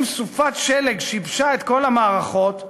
אם סופת שלג שיבשה את כל המערכות,